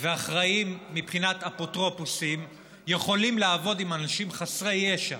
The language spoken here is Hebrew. ואחראים מבחינת אפוטרופוסים יכולים לעבוד עם אנשים חסרי ישע